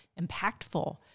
impactful